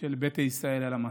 של ביתא ישראל במסע.